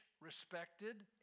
respected